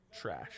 trash